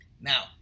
Now